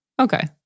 Okay